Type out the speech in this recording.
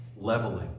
leveling